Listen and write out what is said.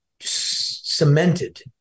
cemented